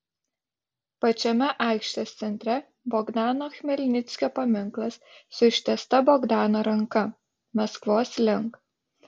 pačiame aikštės centre bogdano chmelnickio paminklas su ištiesta bogdano ranka maskvos link